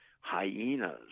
hyenas